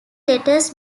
letters